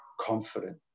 confident